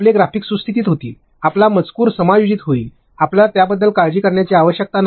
आपले ग्राफिक्स सुस्थीतत होतील आपला मजकूर समायोजित होईल आपल्याला त्याबद्दल काळजी करण्याची आवश्यकता नाही